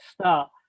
start